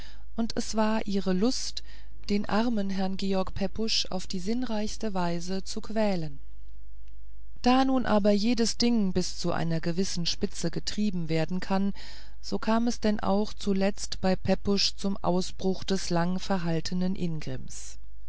und es war ihre lust den armen herrn georg pepusch auf die sinnreichste weise zu quälen da nun aber jedes ding nur bis zu einer gewissen spitze getrieben werden kann so kam es denn auch zuletzt bei pepusch zum ausbruch des lang verhaltenen ingrimms